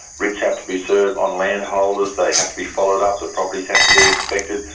writs have to be served on landholders, they have to be followed up, the properties have to be inspected.